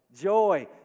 joy